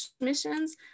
missions